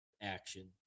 action